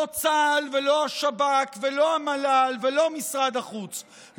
לא צה"ל ולא השב"כ ולא המל"ל ולא משרד החוץ,